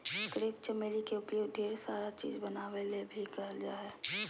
crepe चमेली के उपयोग ढेर सारा चीज़ बनावे ले भी करल जा हय